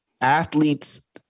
athletes